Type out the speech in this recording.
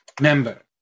member